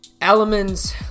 elements